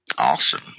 Awesome